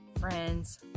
friends